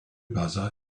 buzzer